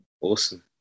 awesome